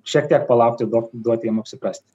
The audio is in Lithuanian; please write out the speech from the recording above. šiek tiek palaukti duok duoti jie apsiprasti